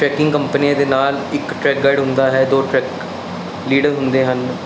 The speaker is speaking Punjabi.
ਟਰੈਕਿੰਗ ਕੰਪਨੀ ਦੇ ਨਾਲ ਇੱਕ ਟਰੈਕ ਗਾਈਡ ਹੁੰਦਾ ਹੈ ਦੋ ਟਰੈਕ ਲੀਡ ਹੁੰਦੇ ਹਨ